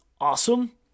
awesome